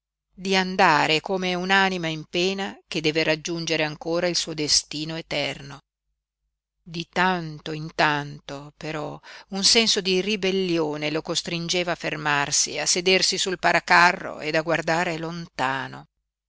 di andare come un'anima in pena che deve raggiungere ancora il suo destino eterno di tanto in tanto però un senso di ribellione lo costringeva a fermarsi a sedersi sul paracarro ed a guardare lontano